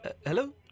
Hello